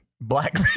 black